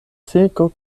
silko